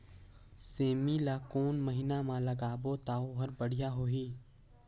सेमी ला कोन महीना मा लगाबो ता ओहार बढ़िया होही?